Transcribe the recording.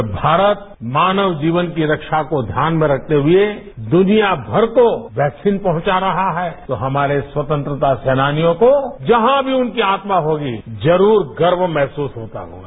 जब भारत मानव जीवन की रक्षा को ध्याकन में रखते हुए दुनियामर कोवैक्सानि पहुंचा रहा है दे रहा है तो हमारे स्व तंत्रता सेनानियों को जहां भी उनकी आत्माख होगीजरूर गर्व महस्प्रस होगा